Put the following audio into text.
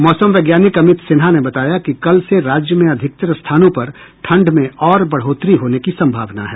मौसम वैज्ञानिक अमित सिन्हा ने बताया कि कल से राज्य में अधिकतर स्थानों पर ठंड में और बढ़ोतरी होने की संभावना है